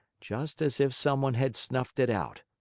just as if someone had snuffed it out.